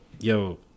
Yo